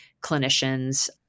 clinicians